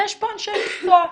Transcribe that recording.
יש פה אנשי מקצוע.